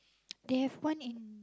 they have one in